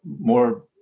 more